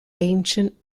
ancient